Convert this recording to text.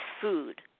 food